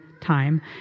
time